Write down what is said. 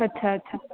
अछा अछा